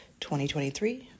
2023